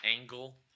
Angle